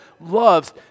loves